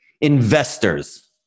investors